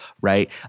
right